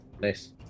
nice